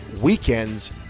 weekend's